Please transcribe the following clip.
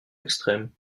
extrême